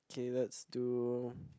okay let's do